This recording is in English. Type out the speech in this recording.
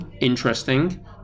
Interesting